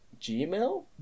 gmail